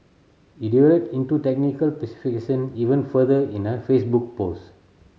he delved into technical even further in a Facebook post